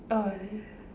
orh